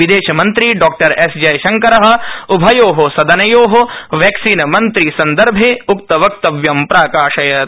विदेशमन्त्री Dr S Jaishankar उभयो सदनयो वैक्सीनमैत्री सन्दर्भे उक्तवक्तव्यं प्राकाशयत्